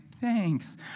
thanks